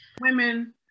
Women